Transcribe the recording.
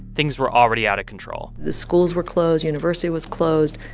things were already out of control the schools were closed. university was closed.